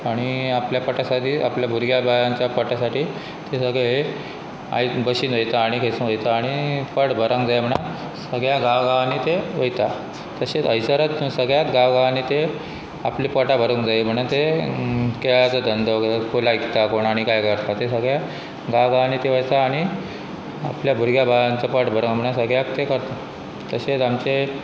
आणी आपल्या पोटा सी आपल्या भुरग्या बयांच्या पोटासाठी ते सगळें हे आय बशीन वयता आनी खेसून वयता आनी पट भरंक जाय म्हण सगळ्या गांव गांवांनी ते वयता तशेंच हयसरत सगळ्याक गांव गांवांनी ते आपली पोटा भरूंक जाय म्हण ते केळचो धंदो को लायकता कोण आनी कांय करता ते सगळ्या गांव गांवांनी ते वयता आनी आपल्या भुरग्या बयांचो पट भरोंक म्हण सगळ्याक ते करता तशेंच आमचे